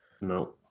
No